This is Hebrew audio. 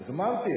אז אמרתי,